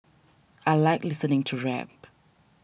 I like listening to rap